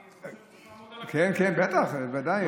אני, כן, כן, בטח, ודאי.